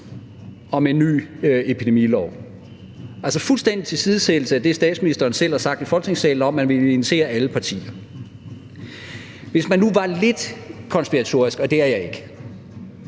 om en ny epidemilov – altså en fuldstændig tilsidesættelse af det, statsministeren selv har sagt i Folketingssalen om, at man ville invitere alle partier. Hvis man nu var lidt konspiratorisk – og det er jeg ikke